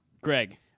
Greg